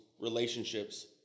relationships